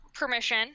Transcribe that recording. permission